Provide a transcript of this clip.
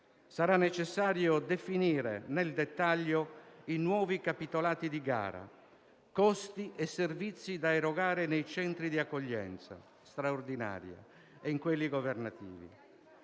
Sarà necessario definire nel dettaglio i nuovi capitolati di gara: costi e servizi da erogare nei centri di accoglienza straordinaria e in quelli governativi.